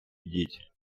йдіть